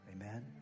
Amen